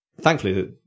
Thankfully